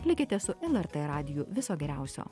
likite su lrt radiju viso geriausio